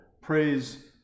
Praise